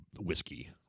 whiskey